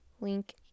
Link